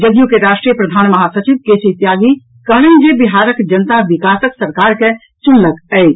जदयू के राष्ट्रीय प्रधान महासचिव के सी त्यागी कहलनि जे बिहारक जनता विकासक सरकार के चुनलक अछि